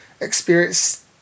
experience